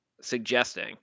suggesting